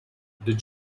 did